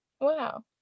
Wow